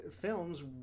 films